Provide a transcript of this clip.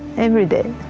every day,